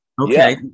Okay